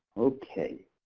okay,